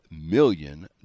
million